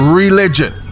religion